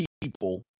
people